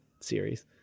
series